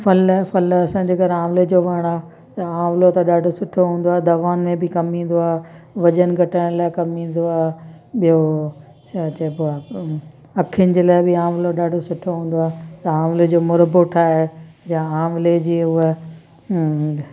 फल फल असांजे घर आवले जो वणु आहे आवलो त ॾाढो सुठो हूंदो आहे दवाउनि में बि कमु ईंदो आहे वजन घटाइण लाइ कम ईंदो आहे ॿियों छा चइबो आहे अख़ियुनि जे लाइ बि आवलो ॾाढो सुठो हूंदो आहे त आवले जो मुरबो ठाहे या आवले जी उहा